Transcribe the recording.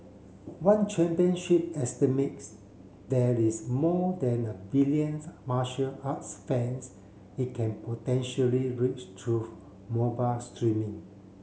one championship estimates there is more than a billions martial arts fans it can potentially reach through mobile streaming